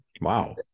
Wow